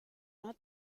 not